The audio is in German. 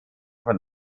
von